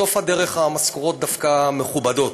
בסוף הדרך המשכורות דווקא מכובדות,